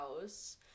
house